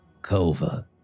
Kova